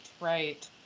right